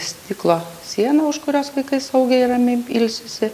stiklo siena už kurios vaikai saugiai ir ramiai ilsisi